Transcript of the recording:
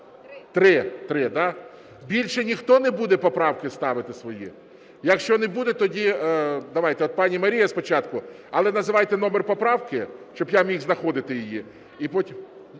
Три. Більше ніхто не буде поправки ставити свої? Якщо не буде, тоді давайте пані Марія спочатку, але називайте номер поправки, щоб я міг знаходити її. І потім…